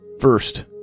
First